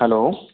hello